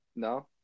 no